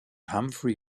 humphrey